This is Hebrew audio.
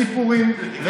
עוד לילה ארוך של סיפורים,